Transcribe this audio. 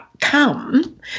come